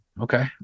Okay